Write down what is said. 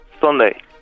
Sunday